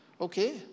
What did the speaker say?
okay